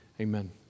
Amen